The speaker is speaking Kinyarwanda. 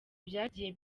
byagiye